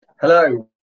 Hello